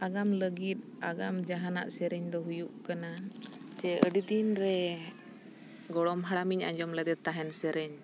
ᱟᱜᱟᱢ ᱞᱟᱹᱜᱤᱫ ᱟᱜᱟᱢ ᱡᱟᱦᱟᱱᱟᱜ ᱥᱮᱨᱮᱧ ᱫᱚ ᱦᱩᱭᱩᱜ ᱠᱟᱱᱟ ᱥᱮ ᱟᱹᱰᱤ ᱫᱤᱱᱨᱮ ᱜᱚᱲᱚᱢ ᱦᱟᱲᱟᱢᱤᱧ ᱟᱸᱡᱚᱢ ᱞᱮᱫᱮ ᱛᱟᱦᱮᱱ ᱥᱮᱨᱮᱧ